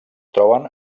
troben